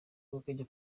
bakajya